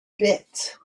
bit